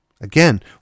Again